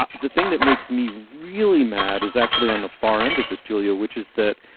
ah the thing that makes me really mad is actually on the far end of this, julia, which is that,